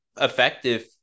effective